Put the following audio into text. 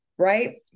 right